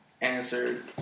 answered